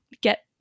get